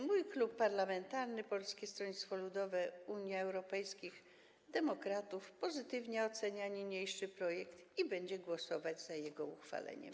Mój klub, Klub Poselski Polskiego Stronnictwa Ludowego - Unii Europejskich Demokratów, pozytywnie ocenia niniejszy projekt i będzie głosować za jego uchwaleniem.